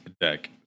deck